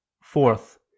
fourth